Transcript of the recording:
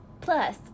plus